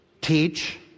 Teach